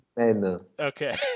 Okay